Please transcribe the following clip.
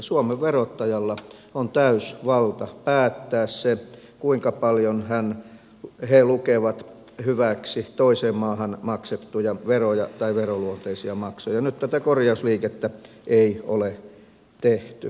suomen verottajalla on täysi valta päättää siitä kuinka paljon he lukevat hyväksi toiseen maahan maksettuja veroja tai veroluonteisia maksuja ja nyt tätä korjausliikettä ei ole tehty